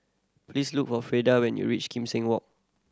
please look for Freda when you reach Kim Seng Walk